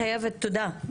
תודה,